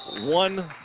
one-